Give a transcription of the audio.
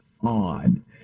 on